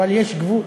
אבל יש גבול.